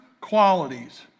qualities